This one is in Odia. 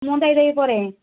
ମୁଁ ଦେଇ ଦେବି ପରେ